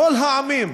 לכל העמים